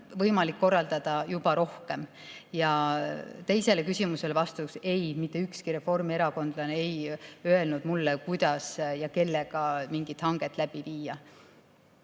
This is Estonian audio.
võimalik korraldada. Ja teisele küsimusele vastuseks: ei, mitte ükski reformierakondlane ei öelnud mulle, kuidas ja kellega mingit hanget läbi viia.